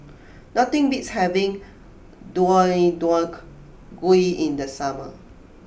nothing beats having Deodeok Gui in the summer